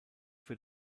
für